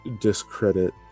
discredit